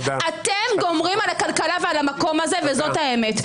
אתם גומרים על הכלכלה ועל המקום הזה וזאת האמת.